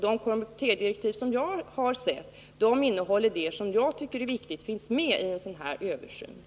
De direktiv som också jag har sett innehåller det som jag tycker är viktigt finns med i översynen.